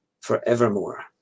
forevermore